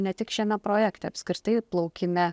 ne tik šiame projekte apskritai plaukime